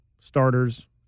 starter's